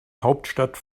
hauptstadt